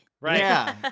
Right